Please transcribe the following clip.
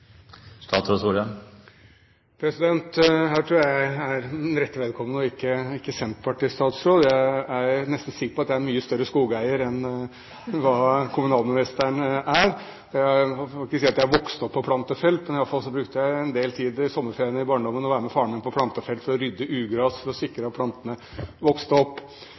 Her tror jeg jeg er rette vedkommende, ikke Senterpartiets statsråd. Jeg er nesten sikker på at jeg er en mye større skogeier enn hva kommunalministeren er. Jeg vil ikke si jeg er vokst opp på plantefelt, men i alle fall brukte jeg en del tid i sommerferiene i barndommen til å være med faren min på plantefelt for å rydde ugras for å sikre at plantene vokste opp.